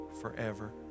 forever